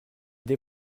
des